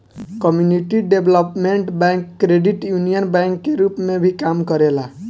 community development bank credit union bank के रूप में भी काम करेला